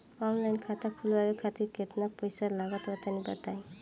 Online खाता खूलवावे खातिर केतना पईसा लागत बा तनि बताईं?